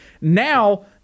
Now